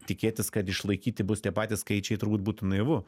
tikėtis kad išlaikyti bus tie patys skaičiai turbūt būtų naivu